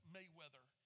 Mayweather